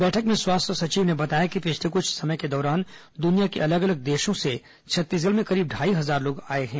बैठक में स्वास्थ्य सचिव ने बताया कि पिछले कुछ समय के दौरान दुनिया के अलग अलग देशों से छत्तीसगढ़ में करीब ढाई हजार लोग आए हैं